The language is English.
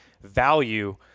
value